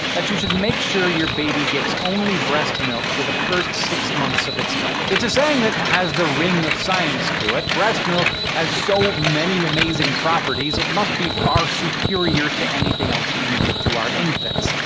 that you should make sure your baby gets only breast milk for the first six months of its life. it's a saying that has the ring of science to it breast milk has so many amazing properties, it must be far superior to anything else we can give our infants.